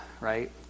right